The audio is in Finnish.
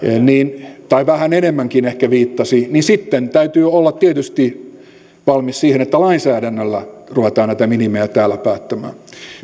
tai ehkä vähän enemmänkin viittasi niin sitten täytyy olla tietysti valmis siihen että lainsäädännöllä ruvetaan näitä minimejä täällä päättämään